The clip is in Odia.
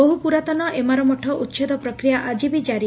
ବହୁପୁରାତନ ଏମାରମଠ ଉଛେଦ ପ୍ରକ୍ରିୟା ଆଜି ବି ଜାରି